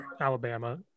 Alabama